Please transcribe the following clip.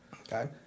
Okay